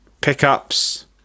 pickups